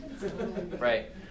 Right